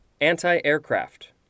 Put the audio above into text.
Anti-Aircraft